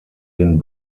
den